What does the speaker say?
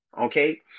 okay